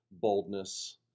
boldness